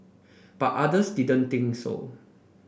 but others didn't think so